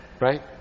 Right